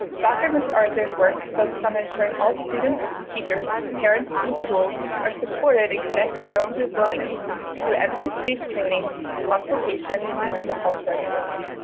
dr. mcarthur's work has focused on ensuring all students, teachers, parents and schools are supported in connecting their own resilience through evidence-based training consultation and mental health services.